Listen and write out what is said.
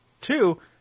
Two